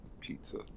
Pizza